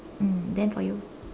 mm then for you